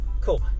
Cool